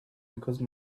because